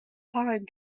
pine